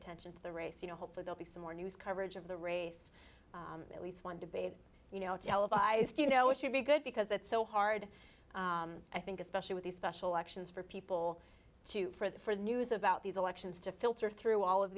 attention to the race you know hopefully they'll be some more news coverage of the race at least one debate you know televised you know it should be good because it's so hard i think especially with these special elections for people to for news about these elections to filter through all of